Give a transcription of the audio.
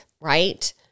right